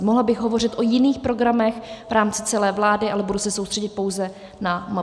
Mohla bych hovořit o jiných programech v rámci celé vlády, ale budu se soustředit pouze na MPSV.